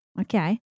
Okay